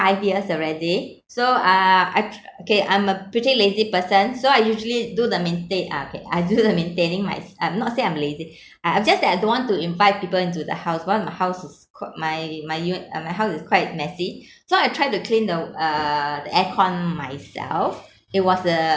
~ive years already so uh I okay I'm a pretty lazy person so I usually do the maintain uh okay I do the maintaining my I'm not say I'm lazy uh um just that I don't want to invite people into the house because my house is qui~ my my uni~ uh my house is quite messy so I tried to clean the uh the aircon myself it was a